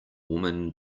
woman